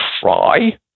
try